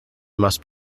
must